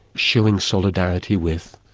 showing solidarity with.